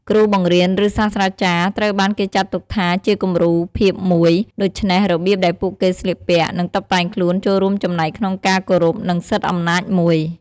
គ្រូបង្រៀន ឬ សាស្ត្រាចារ្យត្រូវបានគេចាត់ទុកថាជាគំរូភាពមួយ ដូច្នេះរបៀបដែលពួកគេស្លៀកពាក់ និងតុបតែងខ្លួនចូលរួមចំណែកក្នុងការគោរព និងសិទ្ធអំណាចមួយ។